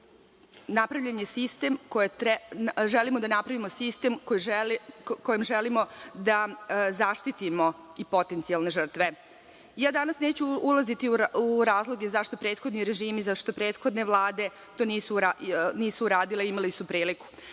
napravimo sistem kojim želimo da zaštitimo i potencijalne žrtve. Danas neću ulaziti u razloge zašto prethodni režimi, zašto prethodne vlade to nisu uradile, a imale su priliku,